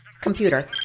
Computer